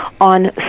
on